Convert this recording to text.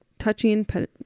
touching